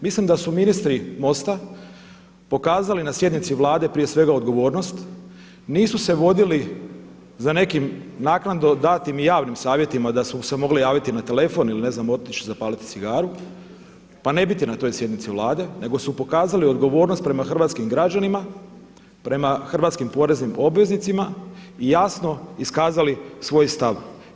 Mislim da su ministri MOST-a pokazali na sjednici Vlade prije svega odgovornost, nisu se vodili za nekim naknadno danim javnim savjetima da su se mogli javiti na telefon ili ne znam otići zapaliti cigaru pa ne biti na toj sjednici Vlade nego su pokazali odgovornost prema hrvatskim građanima, prema hrvatskim poreznim obveznicima i jasno iskazali svoj stav.